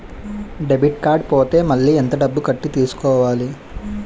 Debit card పోతే మళ్ళీ ఎంత డబ్బు కట్టి తీసుకోవాలి?